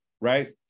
right